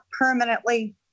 permanently